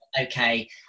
okay